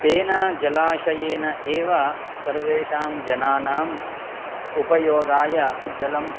तेन जलाशयेन एव सर्वेषां जनानाम् उपयोगाय जलं